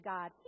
God